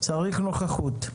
צריך נוכחות.